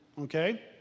Okay